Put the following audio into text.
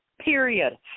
period